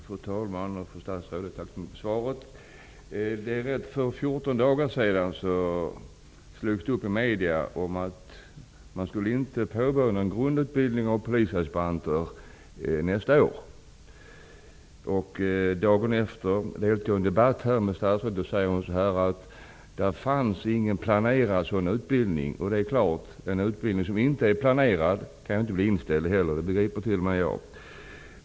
Fru talman! Fru statsråd! Jag får tacka så mycket för svaret. För 14 dagar sedan dök besked upp i medierna om att man inte skulle påbörja någon grundutbildning av polisaspiranter under nästa år. Dagen efter vid en debatt med statsrådet här sade hon att någon sådan utbildning inte var planerad. Det är klart att en utbildning som inte är planerad inte heller kan bli inställd. Detta begriper t.o.m. jag.